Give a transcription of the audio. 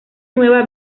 nueva